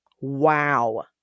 Wow